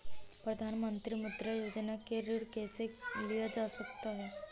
प्रधानमंत्री मुद्रा योजना से ऋण कैसे लिया जा सकता है?